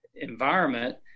environment